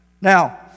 Now